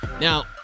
Now